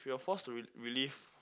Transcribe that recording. if you are forced to re~ relive